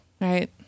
right